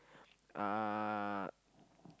uh